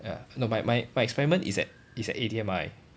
ya no my my my experiment is at is at A_T_M_R_I